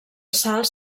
salts